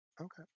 Okay